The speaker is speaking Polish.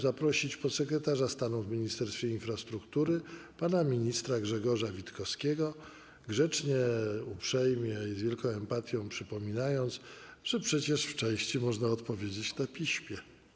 Zapraszam podsekretarza stanu w Ministerstwie Infrastruktury pana ministra Grzegorza Witkowskiego, grzecznie, uprzejmie i z wielką empatią przypominając, że przecież w części można odpowiedzieć na piśmie.